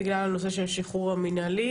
בגלל הנושא של שחרור המנהלי,